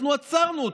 אנחנו עצרנו אותו.